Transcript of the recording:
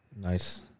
Nice